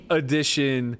edition